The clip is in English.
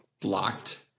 blocked